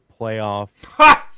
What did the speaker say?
playoff